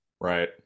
Right